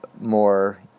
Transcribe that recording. more